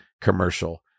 commercial